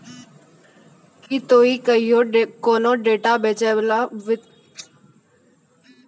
कि तोहें कहियो कोनो वित्तीय डेटा बेचै बाला के सलाह लेने छो?